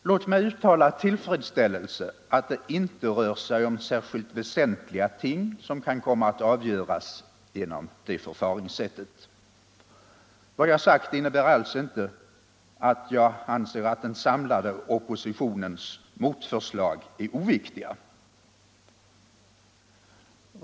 Låt mig uttala tillfredsställelse över att det inte rör sig om särskilt väsentliga ting som kan komma att avgöras genom det förfaringssättet. Vad jag sagt innebär inte att jag anser den samlade oppositionens motförslag oviktiga.